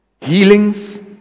healings